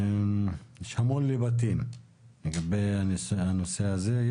יש המון לבטים לגבי הנושא הזה.